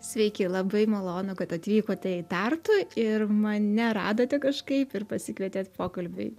sveiki labai malonu kad atvykote į tartu ir mane radote kažkaip ir pasikvietėt pokalbiui